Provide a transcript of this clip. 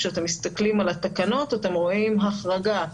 כשאתם מסתכלים על התקנות אתם רואים החרגה,